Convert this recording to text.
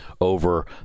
over